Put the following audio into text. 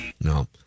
No